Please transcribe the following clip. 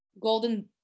Golden